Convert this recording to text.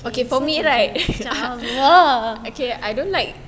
macam !alah!